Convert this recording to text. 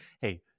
hey